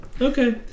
Okay